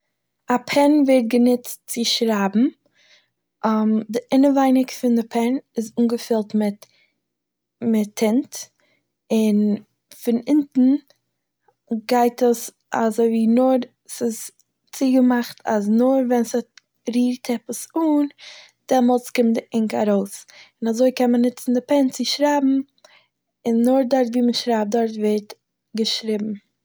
א פען ווערט גענוצט צו שרייבן, די אינעווייניג פון די פען איז אנגעפילט מיט- מיט טינט, און פון אונטן גייט עס אזוי ווי נאר ס'איז צוגעמאכט אז נאר ווען ס'רירט עפעס אן דעמאלטס קומט די אינק ארויס און אזוי קען מען נוצן די פען צו שרייבן און נאר דארט ווי מ'שרייבט דארט ווערט געשריבן.